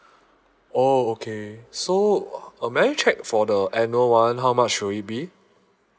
oh okay so uh may I check for the annual [one] how much would it be